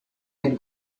and